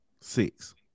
six